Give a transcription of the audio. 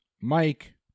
Mike